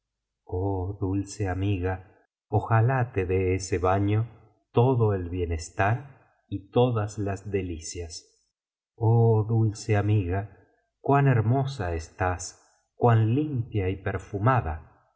oh dulce amiga ojalá te dé ese baño todo el bienestar y todas las delicias oh dulce amiga cuan hermosa estás cuan limpia y perfumada